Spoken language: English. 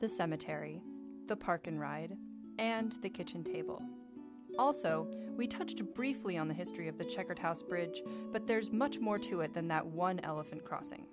the cemetery the park and ride and the kitchen table also we touched briefly on the history of the checkered house bridge but there is much more to it than that one elephant crossing